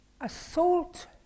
assault